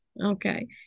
Okay